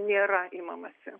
nėra imamasi